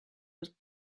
was